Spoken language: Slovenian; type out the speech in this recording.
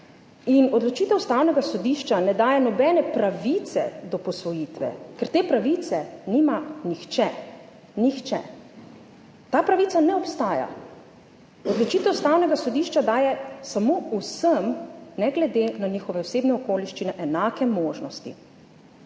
in odločitev Ustavnega sodišča ne daje nobene pravice do posvojitve, ker te pravice nima nihče, nihče, ta pravica ne obstaja. Odločitev Ustavnega sodišča daje samo vsem, ne glede na njihove osebne okoliščine, enake možnosti.